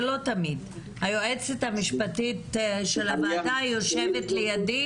היועצת המשפטית של הוועדה יושבת לידי